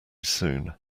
soon